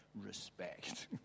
respect